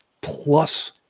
plus